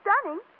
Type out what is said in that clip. stunning